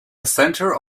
centre